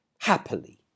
Happily